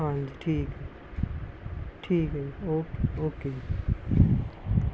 ਹਾਂਜੀ ਠੀਕ ਹੈ ਠੀਕ ਹੈ ਜੀ ਓਕੇ ਓਕੇ ਜੀ